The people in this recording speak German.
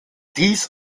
dies